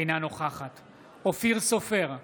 אינה נוכחת אופיר סופר,